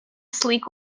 sleek